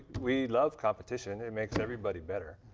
we love competition. it makes everybody better.